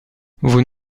vous